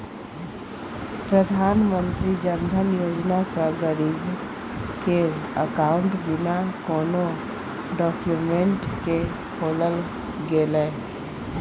प्रधानमंत्री जनधन योजना सँ गरीब केर अकाउंट बिना कोनो डाक्यूमेंट केँ खोलल गेलै